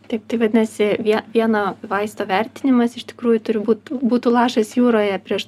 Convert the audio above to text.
taip tai vadinasi vie vieno vaisto vertinimas iš tikrųjų turi būt būtų lašas jūroje prieš